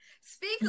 Speak